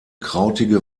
krautige